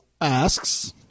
asks